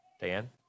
Diane